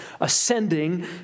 ascending